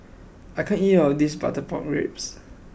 I can't eat all of this Butter Pork Ribs